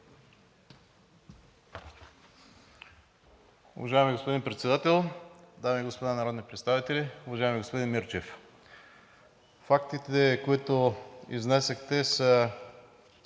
Уважаеми господин Председател, дами и господа народни представители! Уважаеми господин Мирчев, фактите, които изнесохте са